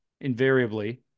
invariably